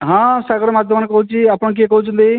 ହଁ ସାଗର ମାଛ ଦୋକାନ କହୁଛି ଆପଣ କିଏ କହୁଛନ୍ତି